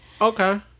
Okay